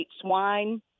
swine